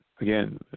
again